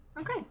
Okay